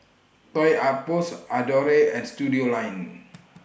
Toy Outpost Adore and Studioline